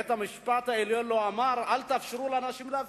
בית-המשפט העליון לא אמר: אל תאפשרו לאנשים להפגין.